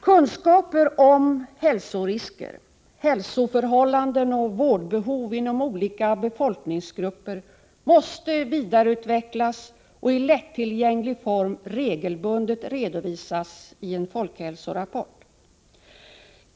Kunskapen om hälsorisker, hälsoförhållanden och vårdbehov inom olika befolkningsgrupper måste vidareutvecklas och i lättillgänglig form regelbundet redovisas i en folkhälsorapport.